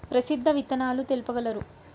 ప్రసిద్ధ విత్తనాలు తెలుపగలరు?